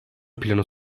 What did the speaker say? planı